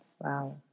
Wow